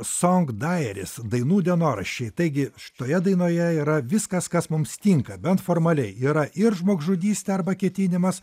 song diaries dainų dienoraščiai taigi šitoje dainoje yra viskas kas mums tinka bent formaliai yra ir žmogžudystė arba ketinimas